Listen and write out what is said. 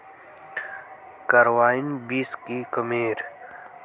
Carbine बीस की कमेर?